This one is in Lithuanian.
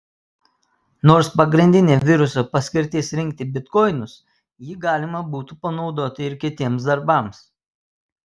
nors pagrindinė viruso paskirtis rinkti bitkoinus jį galima būtų panaudoti ir kitiems darbams